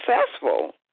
successful